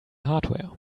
hardware